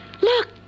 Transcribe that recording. look